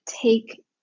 take